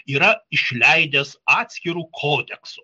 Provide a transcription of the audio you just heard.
yra išleidęs atskiru kodeksu